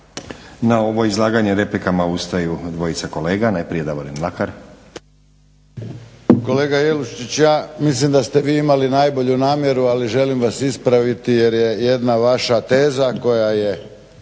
Na ovo izlaganje replikama ustaju dvojica kolega. Najprije Davorin Mlakar. **Mlakar, Davorin (HDZ)** Kolega Jelušić, ja mislim da ste vi imali najbolju namjeru ali želim vas ispraviti jer je jedna vaša teza koja je